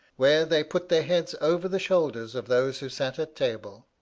where they put their heads over the shoulders of those who sat at table.